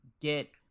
get